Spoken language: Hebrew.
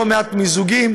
לא מעט מיזוגים,